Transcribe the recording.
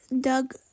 Doug